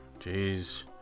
Jeez